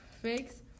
fix